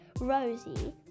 Rosie